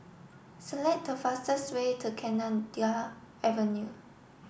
select the fastest way to Kenanga Avenue